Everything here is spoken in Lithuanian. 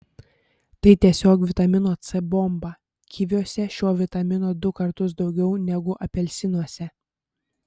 tai tiesiog vitamino c bomba kiviuose šio vitamino du kartus daugiau negu apelsinuose